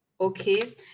Okay